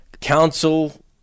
Council